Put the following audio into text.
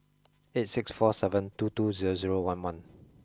eight six four seven two two zero zero one one